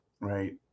right